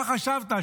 מה חשבת,